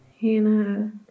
Hannah